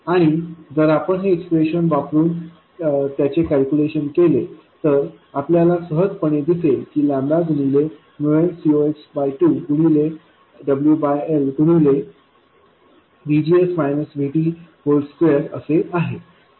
आणि जर आपण हे एक्सप्रेशन वापरून त्याचे कॅल्क्युलेशन केले तर आपल्याला सहजपणे दिसेल की ते गुणिले nCox2 गुणिले WL गुणिलेVGS VT2असे आहे